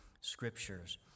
scriptures